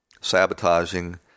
sabotaging